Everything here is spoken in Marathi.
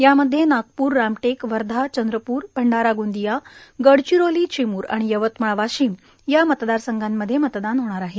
यामध्ये नागपूर रामटेक वर्धा चंद्रपूर भंडारा गोंदिया गडचिरोली चिम्र आणि यवतमाळ वाशिम या मतदारसंघामध्ये मतदान होणार आहे